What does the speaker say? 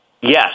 Yes